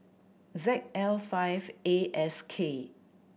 Z L five A S K